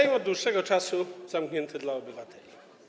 Sejm od dłuższego czasu zamknięty dla obywateli.